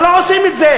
אבל לא עושים את זה